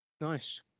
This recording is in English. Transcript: Nice